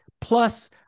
plus